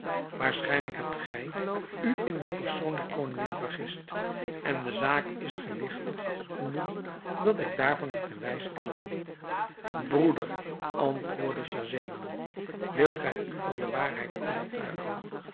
waarschijnlijk hebt gij u in de persoon der koningin vergist en de zaak is gewigtig genoeg dat ik daarvan het bewijs erlang broeder antwoordde schahzenan wilt gij u van de waarheid overtuigen